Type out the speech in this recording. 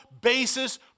basis